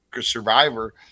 Survivor